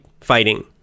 fighting